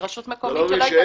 היא רשות מקומית שלא התאגדה.